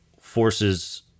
forces